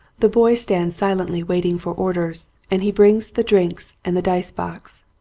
the boy stands silently waiting for orders and he brings the drinks and the dice-box.